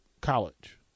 college